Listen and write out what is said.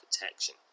protection